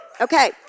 Okay